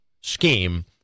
scheme